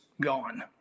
gone